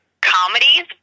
comedies